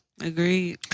Agreed